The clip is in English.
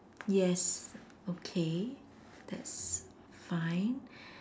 yes okay that's fine